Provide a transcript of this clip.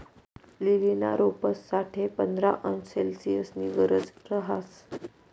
लीलीना रोपंस साठे पंधरा अंश सेल्सिअसनी गरज रहास